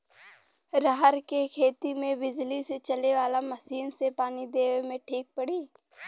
रहर के खेती मे बिजली से चले वाला मसीन से पानी देवे मे ठीक पड़ी?